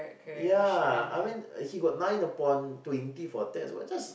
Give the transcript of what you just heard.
ya I mean he got nine upon twenty for a test but just